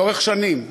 לאורך שנים,